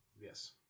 Yes